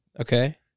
Okay